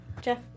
Jeff